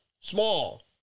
small